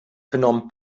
phnom